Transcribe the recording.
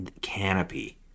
canopy